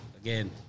again